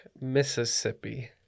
Mississippi